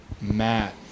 matt